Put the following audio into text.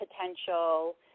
potential